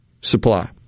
supply